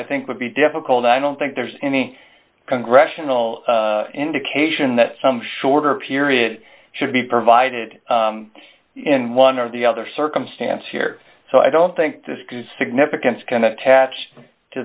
i think would be difficult i don't think there's any congressional indication that some shorter period should be provided in one or the other circumstance here so i don't think the significance can attach to